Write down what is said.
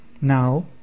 Now